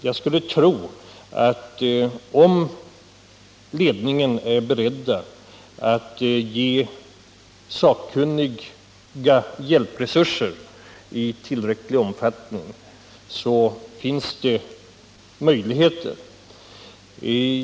Jag skulle därför tro att om ledningen är beredd att ge sakkunniga hjälpresurser i tillräcklig omfattning så bör det finnas möjligheter för företagets framtid.